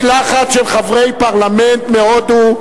משלחת של חברי פרלמנט מהודו,